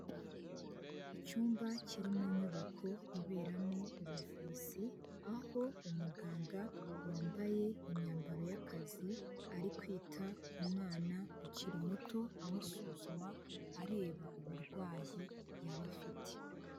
Icyumba kiri mu nyubako iberamo ubuvuzi, aho umuganga wambaye imyambaro y'akazi ari kwita ku mwana ukiri muto, amusuzuma areba uburwayi yaba afite.